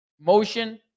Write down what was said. motion